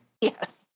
Yes